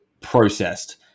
processed